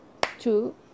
two